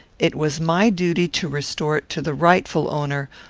it was my duty to restore it to the rightful owner,